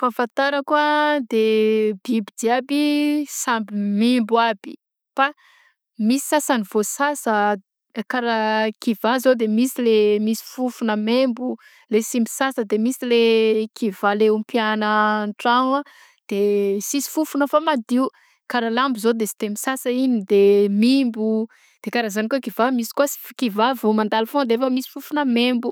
Fafantarako a de biby jiaby samby membo aby fa misy sasany vaosasa karaha kivà zao de misy le misy fofona membo le sy misasa de misy le kivà le ompiagna an-tragno de sisy fofona fa madio, karaha lambo zao de sy de misasa igny de mimbo de karaha zany ko kivà misy kô s- kivà vao mandalo foagnany d'efa misy fofona membo.